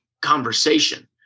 conversation